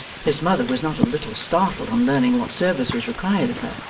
his mother was not a little startled on learning what service was required of her,